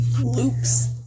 Loops